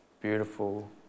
beautiful